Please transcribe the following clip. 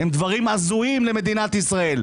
הם דברים הזויים למדינת ישראל,